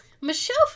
Michelle